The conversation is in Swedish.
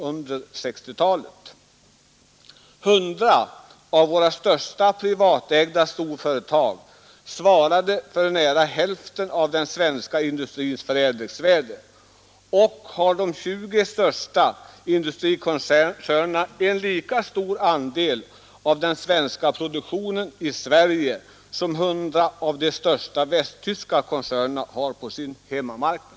Men det är att märka att 100 av våra största privatägda storföretag svarade för nära hälften av Styrelserepresentaden svenska industrins förädlingsvärde. De 20 största industrikoncernerna BOR för de anhar en lika stor andel av produktionen i Sverige som 100 av de största ställda i västtyska koncernerna har på sin hemmamarknad.